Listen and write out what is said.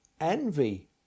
envy